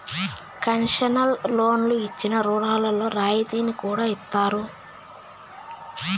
concessional లోన్లు ఇచ్చిన రుణాల్లో రాయితీని కూడా ఇత్తారు